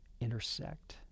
intersect